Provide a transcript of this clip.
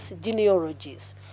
genealogies